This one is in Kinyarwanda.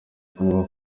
bwo